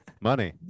Money